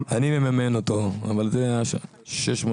שאני מממן אותו אבל יש לי חברים